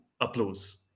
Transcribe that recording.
applause